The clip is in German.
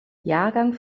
jahrgang